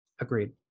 Agreed